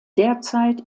derzeit